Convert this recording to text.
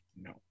no